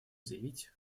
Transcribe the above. заявить